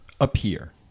Appear